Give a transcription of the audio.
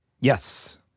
yes